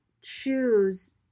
choose